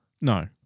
No